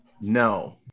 No